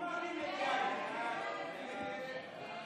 הסתייגות 4 לא נתקבלה.